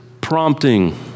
prompting